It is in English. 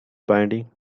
binding